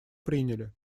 приняли